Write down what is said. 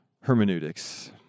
hermeneutics